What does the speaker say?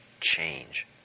change